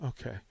Okay